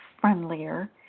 friendlier